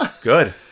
Good